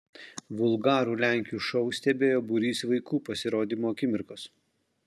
vulgarų lenkių šou stebėjo būrys vaikų pasirodymo akimirkos